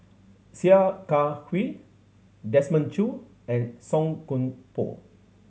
Sia Kah Hui Desmond Choo and Song Koon Poh